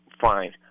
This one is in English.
fine